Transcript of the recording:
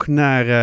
naar